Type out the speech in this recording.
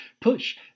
push